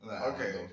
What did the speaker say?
Okay